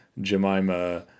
Jemima